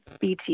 BTS